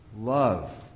Love